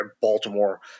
Baltimore